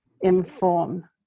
inform